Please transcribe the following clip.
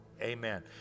Amen